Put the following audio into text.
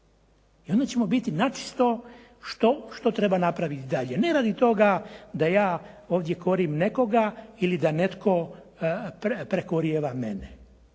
I onda ćemo biti načisto što treba napraviti dalje. Ne radi toga da ja ovdje korim nekoga ili da netko prekorijeva mene.